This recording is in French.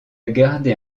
gardé